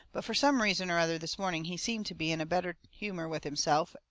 but fur some reason or other this morning he seemed to be in a better humour with himself,